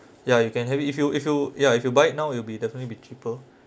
ya you can have it if you if you ya if you buy it now it'll be definitely be cheaper